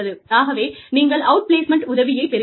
ஆகவே நீங்கள் அவுட்பிளேஸ்மெண்ட் உதவியை பெறுவீர்கள்